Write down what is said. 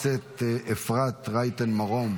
אפרת רייטן מרום,